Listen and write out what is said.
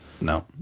No